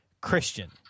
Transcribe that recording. Christian